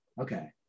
Okay